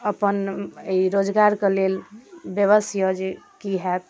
अपन एहि रोजगार कऽ लेल बेबस यऽ जे की होयत